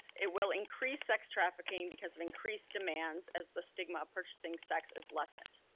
it will increase sex trafficking because of increased demands as the stigma of purchasing sex is lessened.